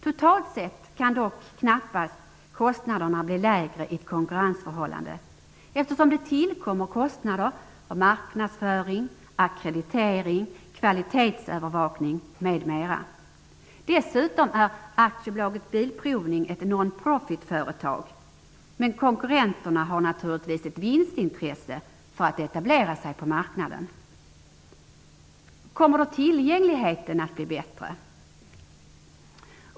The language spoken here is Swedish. Totalt sett kan kostnaderna dock knappast bli lägre i ett konkurrensförhållande, eftersom det tillkommer kostnader för marknadsföring, ackreditering, kvalitetsövervakning m.m. Dessutom är AB Svensk Bilprovning ett ''nonprofit-företag'', men konkurrenterna har naturligtvis ett vinstintresse för att etablera sig på marknaden. Kommer då tillgängligheten att bli bättre?